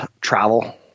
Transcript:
travel